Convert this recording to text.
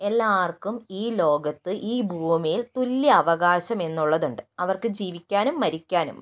എല്ലാവർക്കും ഈ ലോകത്ത് ഈ ഭൂമിയിൽ തുല്യ അവകാശമെന്നുള്ളതുണ്ട് അവർക്ക് ജീവിക്കാനും മരിക്കാനും